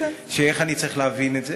ש-איך אני צריך להבין את זה?